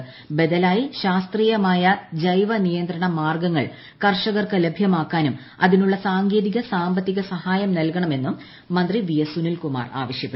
പ്ര ബദലായി ശാസ്ത്രീയമായ്ട് നിയന്ത്രണ മാർഗ്ഗങ്ങൾ കർഷകർക്കു ലഭ്യമാക്കാസുക്ക് അതിനുള്ള സാങ്കേതിക സാമ്പത്തിക സഹായം നൽകണമെന്നു്ട് മന്ത്രി വി എസ് സുനിൽ കുമാർ ആവശ്യപ്പെട്ടു